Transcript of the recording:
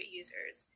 users